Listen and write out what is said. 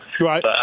right